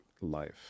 life